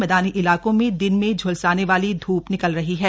मैदानी इलाकों में दिन में झूलसाने वाली धूप निकल रही है